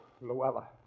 Luella